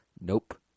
Nope